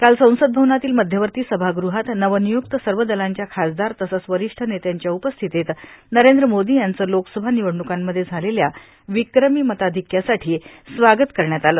काल संसद भवनातील मध्यवर्ती सभागृहात नवनियुक्त सर्व दलांच्या खासदार तसंच वरिष्ठ नेत्यांच्या उपस्थितीत नरेंद्र मोदी यांचं लोकसभा निवडणुकांमध्ये झालेल्या विक्रमी मताधिक्यासाठी स्वागत करण्यात आलं